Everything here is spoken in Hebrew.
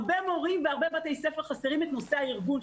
הרבה מורים והרבה בתי ספר חסרים את נושא הארגון,